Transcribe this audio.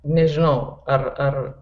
nežinau ar ar